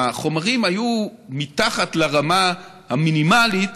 החומרים היו מתחת לרמה המינימלית